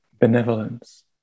Benevolence